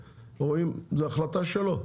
זו החלטה שלו,